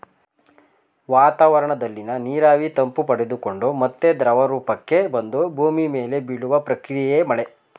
ವಾತಾವರಣದಲ್ಲಿನ ನೀರಾವಿ ತಂಪು ಪಡೆದುಕೊಂಡು ಮತ್ತೆ ದ್ರವರೂಪಕ್ಕೆ ಬಂದು ಭೂಮಿ ಮೇಲೆ ಬೀಳುವ ಪ್ರಕ್ರಿಯೆಯೇ ಮಳೆ